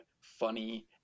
funny